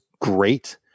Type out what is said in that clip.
great